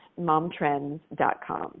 MomTrends.com